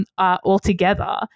altogether